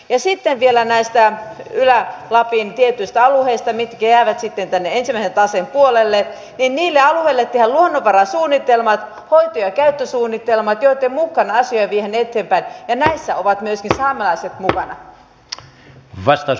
ja sitten vielä näille ylä lapin tietyille alueille mitkä jäävät tänne ensimmäisen taseen puolelle tehdään luonnonvarasuunnitelmat hoito ja käyttösuunnitelmat joitten mukaan asioita viedään eteenpäin ja näissä ovat myöskin saamelaiset mukana